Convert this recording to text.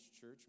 church